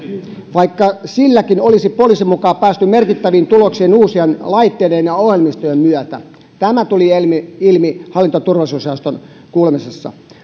vaikka silläkin olisi poliisin mukaan päästy merkittäviin tuloksiin uusien laitteiden ja ohjelmistojen myötä tämä tuli ilmi ilmi hallinto ja turvallisuusjaoston kuulemisessa